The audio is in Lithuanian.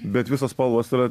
bet visos spalvos yra